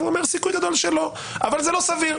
הוא אומר: סיכוי גדול שלא, אבל זה לא סביר.